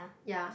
ya